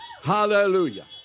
Hallelujah